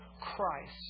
Christ